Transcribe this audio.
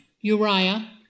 Uriah